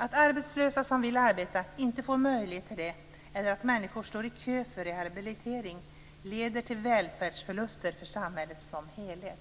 Att arbetslösa som vill arbeta inte får möjlighet till det eller att människor står i kö för rehabilitering leder till välfärdsförluster för samhället som helhet.